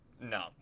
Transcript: no